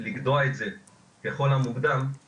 לגדוע את זה מוקדם ככל האפשר,